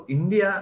India